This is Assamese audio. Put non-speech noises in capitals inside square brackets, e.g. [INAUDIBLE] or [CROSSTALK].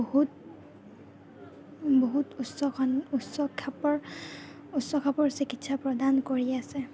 বহুত বহুত উচ্চ [UNINTELLIGIBLE] উচ্চ খাপৰ উচ্চ খাপৰ চিকিৎসা প্ৰদান কৰি আছে